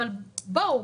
אבל בואו,